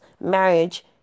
marriage